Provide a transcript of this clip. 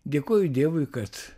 dėkoju dievui kad